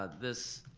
ah this